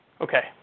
Okay